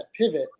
pivot